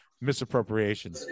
misappropriation